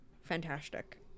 Fantastic